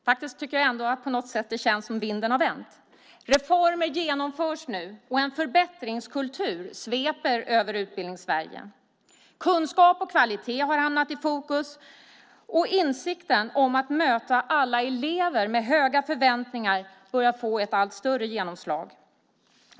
På något sätt känns det ändå som om vinden har vänt. Reformer genomförs nu, och en förbättringskultur sveper över Utbildnings-Sverige. Kunskap och kvalitet har hamnat i fokus, och insikten om att möta alla elever med höga förväntningar börjar få ett allt större genomslag.